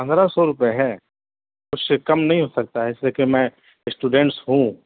پندرہ سو روپے ہے اس سے کم نہیں ہو سکتا ہے اس لیے کہ میں اسٹوڈینٹس ہوں